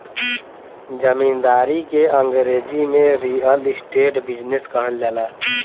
जमींदारी के अंगरेजी में रीअल इस्टेट बिजनेस कहल जाला